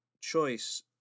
choice